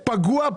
פגוע,